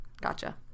Gotcha